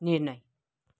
निर्णय